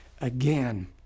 again